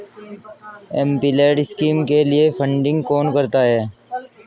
MPLAD scheme के लिए funding कौन करता है?